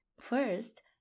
First